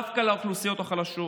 דווקא לאוכלוסיות החלשות,